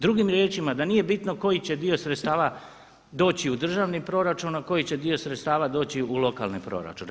Drugim riječima, da nije bitno koji će dio sredstava doći u državni proračun, a koji će dio sredstava doći u lokalne proračune.